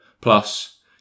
Plus